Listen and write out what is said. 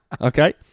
Okay